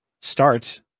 start